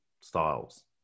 styles